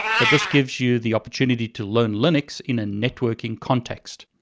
but this gives you the opportunity to learn linux in a networking context.